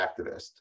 activist